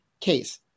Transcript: case